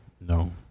No